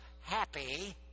happy